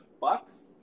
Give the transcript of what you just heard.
bucks